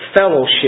fellowship